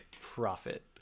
Profit